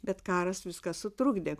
bet karas viską sutrukdė